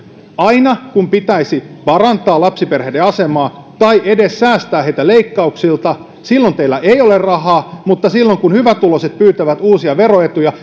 aina kun pitäisi parantaa lapsiperheiden asemaa tai edes säästää heitä leikkauksilta silloin teillä ei ole rahaa mutta kun hyvätuloiset pyytävät uusia veroetuja